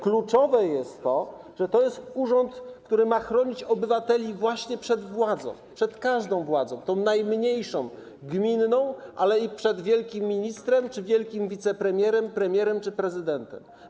Kluczowe jest to, że to jest urząd, który ma chronić obywateli właśnie przed władzą, przed każdą władzą, zarówno przed tą najmniejszą - gminną, jak i przed wielkim ministrem, wielkim wicepremierem, premierem czy prezydentem.